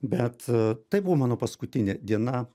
bet tai buvo mano paskutinė diena